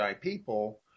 people